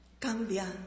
Cambia